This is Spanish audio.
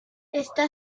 está